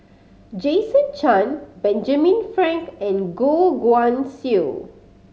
Jason Chan Benjamin Frank and Goh Guan Siew